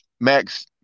Max